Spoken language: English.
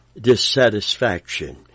dissatisfaction